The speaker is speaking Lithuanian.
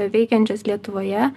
veikiančios lietuvoje